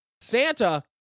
santa